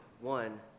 one